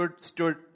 stood